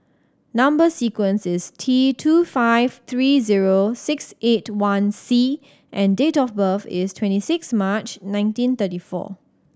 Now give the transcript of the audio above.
number sequence is T two five three zero six eight one C and date of birth is twenty six March nineteen thirty four